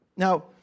Now